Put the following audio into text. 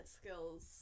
skills